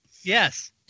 Yes